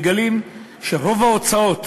מגלים שרוב ההוצאות,